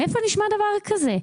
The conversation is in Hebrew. מאיפה נשמע דבר כזה?